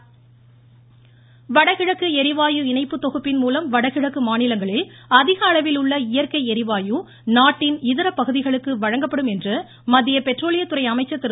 தர்மேந்திர பிரதான் வடகிழக்கு எரிவாயு இணைப்பு தொகுப்பின்மூலம் வடகிழக்கு மாநிலங்களில் அதிக அளவில் உள்ள இயற்கை எரிவாயு நாட்டின் இதர பகுதிகளுக்கு வழங்கப்படும் என்று மத்திய பெட்ரோலியத்துறை அமைச்சர் திரு